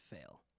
fail